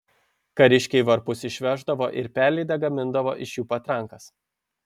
kariškiai varpus išveždavo ir perlydę gamindavo iš jų patrankas